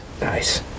nice